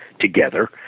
together